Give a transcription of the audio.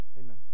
Amen